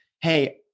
Hey